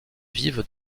vivent